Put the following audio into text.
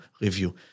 review